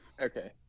Okay